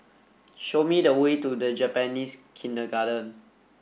show me the way to Japanese Kindergarten